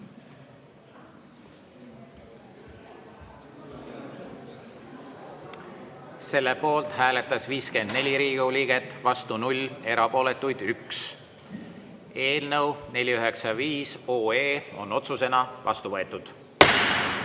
Selle poolt hääletas 54 Riigikogu liiget, vastu 0, erapooletuid oli 1. Eelnõu 495 on otsusena vastu võetud.